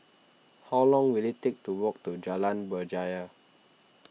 how long will it take to walk to Jalan Berjaya